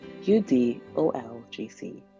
UDOLGC